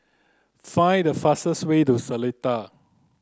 find the fastest way to Seletar